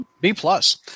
B-plus